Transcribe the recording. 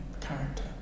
character